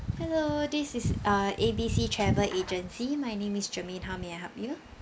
hello this is uh A B C travel agency my name is germaine how may I help you